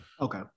Okay